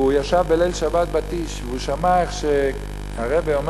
והוא ישב בליל-שבת ב"טיש" והוא שמע איך הרעבע אומר